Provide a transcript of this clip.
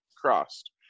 crossed